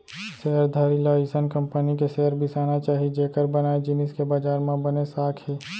share धारी ल अइसन कंपनी के शेयर बिसाना चाही जेकर बनाए जिनिस के बजार म बने साख हे